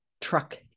truck